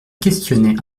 questionnait